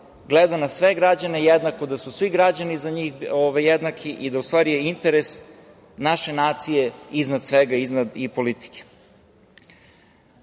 gleda na sve građane jednako, da su svi građani za njih jednaki i da u stvari je interes naše nacije iznad svega, iznad i politike. Takođe,